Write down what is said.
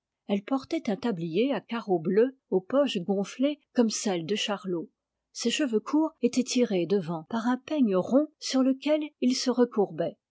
elle portait un tablier à carreaux bleus aux poches gonflées commes celles de charlot ses cheveux courts étaient tirés devant par un peigne rond sur lequel ils se